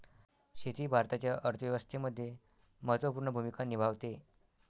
शेती भारताच्या अर्थव्यवस्थेमध्ये महत्त्वपूर्ण भूमिका निभावते